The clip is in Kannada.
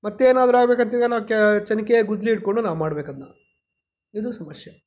ಮತ್ತೇನಾದ್ರೂ ಆಗಬೇಕಂತಿದ್ರೆ ನಾವು ಕ ಚನಿಕೆ ಗುದ್ದಲಿ ಹಿಡ್ಕೊಂಡು ನಾವು ಮಾಡ್ಬೇಕದನ್ನ ಇದು ಸಮಸ್ಯೆ